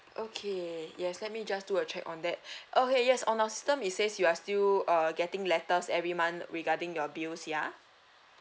okay yes let me just do a check on that okay yes on our system it says you are still uh getting letters every month regarding your bills ya